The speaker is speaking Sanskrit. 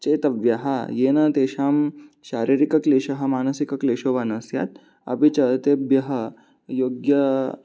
चेतव्यः येन तेषां शारीरिकक्लेशः मानसिकक्लेशो वा न स्यात् अपि च तेभ्यः योग्य